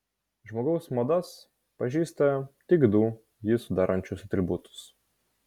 žmogaus modas pažįsta tik du jį sudarančius atributus